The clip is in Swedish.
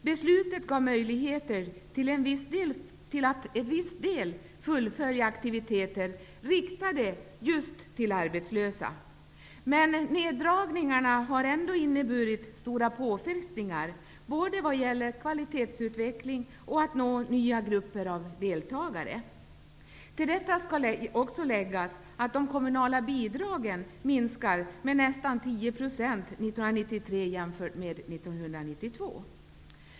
Beslutet gav möjligheter att till viss del fullfölja aktiviteter riktade till just arbetslösa. Men neddragningarna har ändå inneburit stora påfrestningar både vad gäller kvalitetsutvecklingen och vad gäller möjligheten att nå nya grupper av deltagare. Till detta skall läggas att de kommunala bidragen minskar med nästan 10 % 1993, jämfört med 1992.